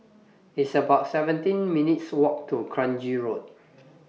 It's about seventeen minutes' Walk to Kranji Road